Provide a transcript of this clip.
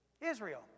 Israel